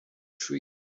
tree